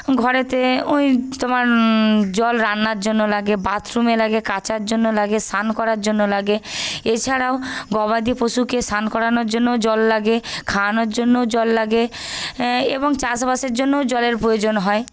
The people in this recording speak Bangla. ঘরেতে ওই তোমার জল রান্নার জন্য লাগে বাথরুমে লাগে কাচার জন্য লাগে স্নান করার জন্য লাগে এছাড়াও গবাদি পশুকে স্নান করানোর জন্যও জল লাগে খাওয়ানোর জন্যও জল লাগে এবং চাষবাসের জন্যেও জলের প্রয়োজন হয়